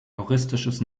juristisches